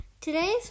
Today's